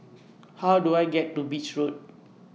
How Do I get to Beach Road